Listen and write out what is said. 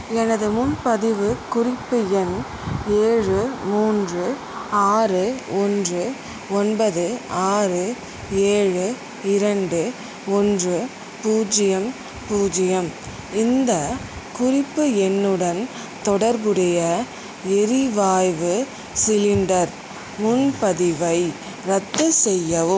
எனது முன்பதிவு குறிப்பு எண் ஏழு மூன்று ஆறு ஒன்று ஒன்பது ஆறு ஏழு இரண்டு ஒன்று பூஜ்ஜியம் பூஜ்ஜியம் இந்த குறிப்பு எண்ணுடன் தொடர்புடைய எரிவாய்வு சிலிண்டர் முன்பதிவை ரத்து செய்யவும்